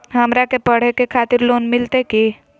हमरा के पढ़े के खातिर लोन मिलते की?